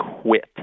quit